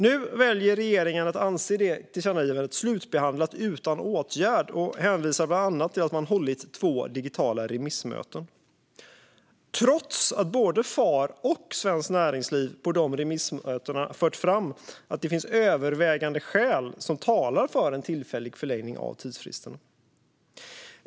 Nu väljer regeringen att anse tillkännagivandet slutbehandlat utan åtgärd och hänvisar bland annat till att man hållit två digitala remissmöten, trots att både FAR och Svenskt Näringsliv på de remissmötena fört fram att det finns övervägande skäl som talar för en tillfällig förlängning av tidsfristerna.